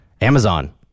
Amazon